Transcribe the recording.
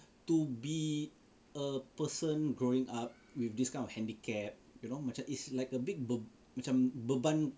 to be a person growing up with this kind of handicap you know macam is like a big beb~ macam beban